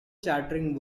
chattering